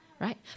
right